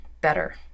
better